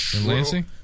Lansing